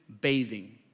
bathing